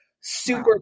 super